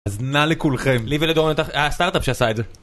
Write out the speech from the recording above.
אזנה לכולכם, לי ולדורון, היה סטארט-אפ שעשה את זה.